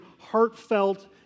heartfelt